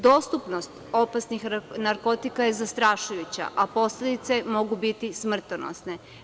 Dostupnost opasnih narkotika je zastrašujuća, a posledice mogu biti smrtonosne.